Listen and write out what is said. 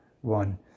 one